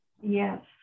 yes